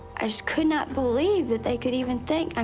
i just could not believe that they could even think i